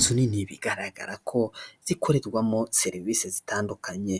Inzu nini bigaragara ko zikorerwamo serivisi zitandukanye,